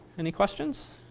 any questions?